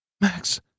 Max